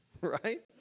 Right